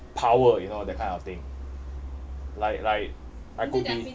power you know that kind of thing like like I could be